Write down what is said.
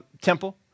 temple